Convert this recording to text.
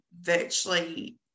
virtually